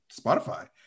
Spotify